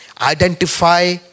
identify